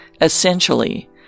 Essentially